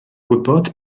gwybod